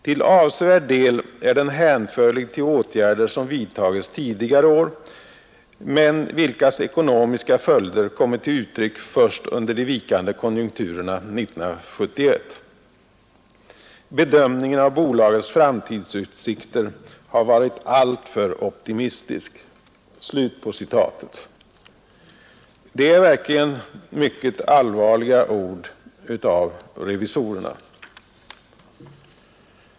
Till avsevärd del är den hänförlig till åtgärder som vidtagits tidigare år men vilkas ekonomiska följder kommit till uttryck först under de vikande konjunkturerna 1971. Bedömningen av bolagets framtidsutsikter har varit alltför optimistisk.” Det är verkligen ett mycket allvarligt uttalande av revisorerna.